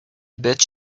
bet